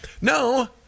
No